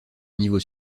niveau